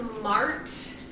smart